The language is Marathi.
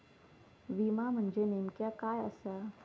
विमा म्हणजे नेमक्या काय आसा?